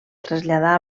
traslladar